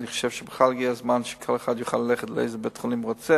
אני חושב שבכלל הגיע הזמן שכל אחד יוכל ללכת לאיזה בית-חולים שהוא רוצה,